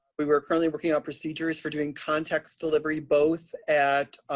we we are currently working out procedures for doing contactless delivery both at